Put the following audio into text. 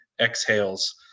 exhales